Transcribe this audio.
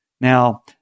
Now